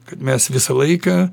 kad mes visą laiką